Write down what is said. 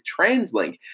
TransLink